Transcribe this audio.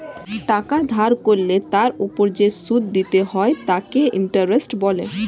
টাকা ধার করলে তার ওপর যে সুদ দিতে হয় তাকে ইন্টারেস্ট বলে